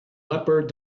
leopard